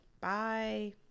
Bye